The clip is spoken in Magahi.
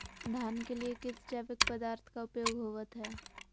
धान के लिए किस जैविक पदार्थ का उपयोग होवत है?